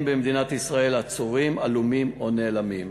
במדינת ישראל עצורים עלומים או נעלמים.